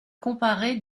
comparer